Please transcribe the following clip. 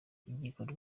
ibikorwa